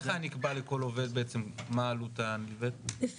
איך היו קובעים מהי העלות הנלווית לכל עובד?